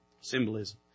Symbolism